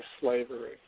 slavery